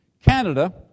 Canada